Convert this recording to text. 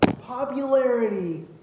popularity